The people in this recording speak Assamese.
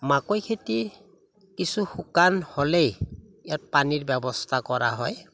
মাকৈ খেতি কিছু শুকান হ'লেই ইয়াত পানীৰ ব্যৱস্থা কৰা হয়